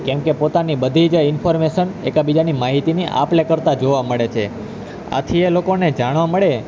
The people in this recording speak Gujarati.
કેમકે પોતાની જે બધી જે ઇન્ફોર્મેશન એકાબીજાની માહિતીની આપલે કરતા જોવા મળે છે આથી એ લોકોને જાણવા મળે